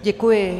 Děkuji.